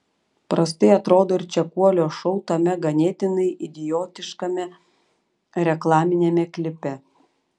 prastai atrodo ir čekuolio šou tame ganėtinai idiotiškame reklaminiame klipe